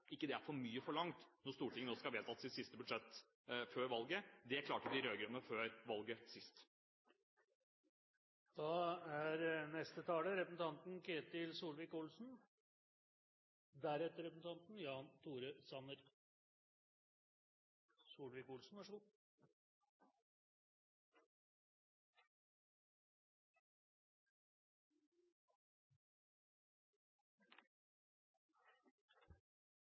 ikke det er for mye forlangt når Stortinget nå skal vedta sitt siste budsjett før valget. Det klarte de rød-grønne før